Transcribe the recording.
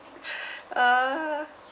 err